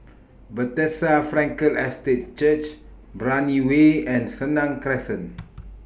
Bethesda Frankel Estate Church Brani Way and Senang Crescent